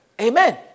Amen